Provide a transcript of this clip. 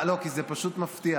לא, כי זה פשוט מפתיע.